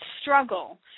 struggle